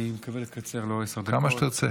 אני מקווה לקצר, לא עשר דקות.